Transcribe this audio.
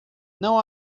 não